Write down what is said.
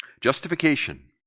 Justification